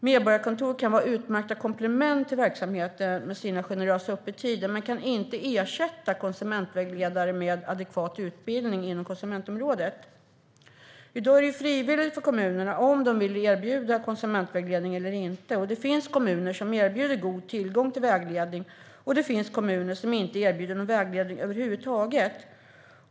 Medborgarkontor kan med sina generösa öppettider vara ett utmärkt komplement till verksamheten men kan inte ersätta konsumentvägledare med adekvat utbildning inom konsumentområdet. I dag är det frivilligt för kommunerna att erbjuda konsumentvägledning. Det finns kommuner som erbjuder en god tillgång till vägledning, och det finns kommuner som inte erbjuder någon vägledning över huvud taget.